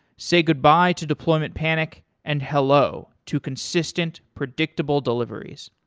say goodbye to deployment panic and hello to consistent predictable deliveries.